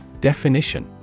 Definition